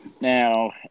Now